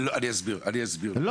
להסדיר את סוגיית הפרופיילינג.